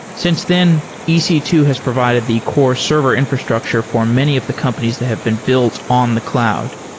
since then, e c two has provided the core server infrastructure for many of the companies that have been built on the cloud.